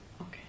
Okay